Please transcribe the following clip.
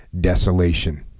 desolation